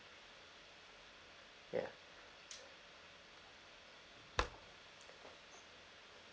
ya